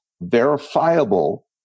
verifiable